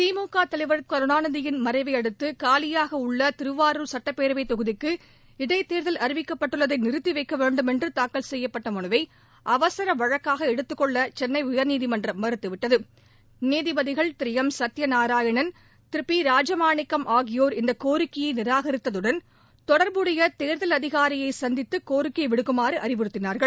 திமுக தலைவர் மு கருணநியின் மறைவையடுத்து காலியாக உள்ள திருவாரூர் சட்டப்பேரவைத் தொகுதிக்கு இடைத்தேர்தல் அறிவிக்கப்பட்டுள்ளதை நிறுத்தி வைக்க வேண்டுமென்று தாக்கல் செய்யப்பட்ட மனுவை அவசர வழக்காக எடுத்துக் கொள்ள சென்னை உயர்நீதிமன்றம் மறுத்துவிட்டது நீதிபதிகள் திரு எம் சத்தியநாராயணன் திரு பி ராஜமாணிக்கம் ஆகியோர் இந்த கோரிக்கையை நிராகித்ததுடன் தொடர்புடைய தேர்தல் அதிகாரியை சந்தித்து கோரிக்கை விடுக்குமாறு அறிவுறுத்தினார்கள்